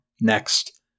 next